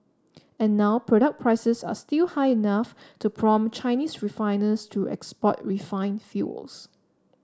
and now product prices are still high enough to prompt Chinese refiners to export refine fuels